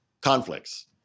conflicts